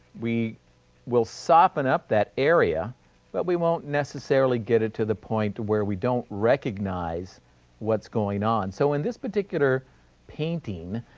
we will soften up that area but we won't necessarily get it to the point where we don't recognize what's going on. so, in this particular painting,